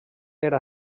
era